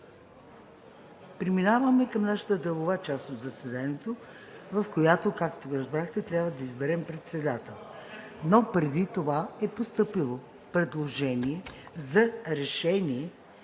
преминаваме към нашата делова част от заседанието, в която, както разбрахте, трябва да изберем председател. Но преди това е постъпило предложение за решение